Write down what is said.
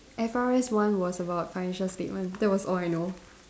F_R_S one was about financial statement that was all I know